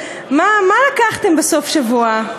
מה לקחתם בסוף השבוע?